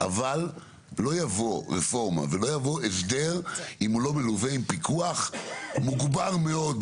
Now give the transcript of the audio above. אבל לא יבוא רפורמה ולא יבוא הסדר אם הוא לא מלווה עם פיקוח מוגבר מאוד.